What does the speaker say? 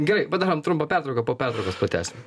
gerai padarom trumpą pertrauką po pertraukos pratęsim